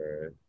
right